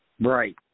Right